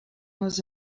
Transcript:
les